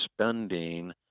spending